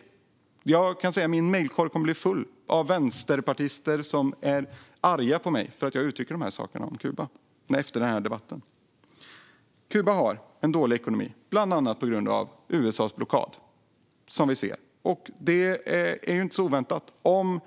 Efter denna debatt kommer min mejlkorg att bli full av mejl från vänsterpartister som är arga på mig för att jag uttrycker dessa saker om Kuba. Kuba har en dålig ekonomi, bland annat på grund av USA:s blockad, som vi ser. Det är ju inte så oväntat - om